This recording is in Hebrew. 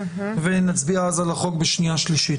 ואז נצביע על החוק בקריאה שנייה ושלישית.